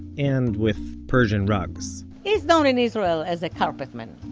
and with persian rugs he's known in israel as a carpet man.